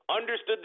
understood